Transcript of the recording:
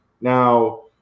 now